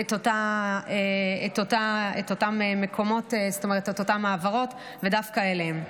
את אותן העברות דווקא אליהן.